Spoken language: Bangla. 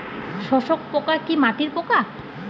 শোষক পোকা কি মাটির পোকা?